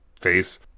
face